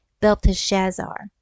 Belteshazzar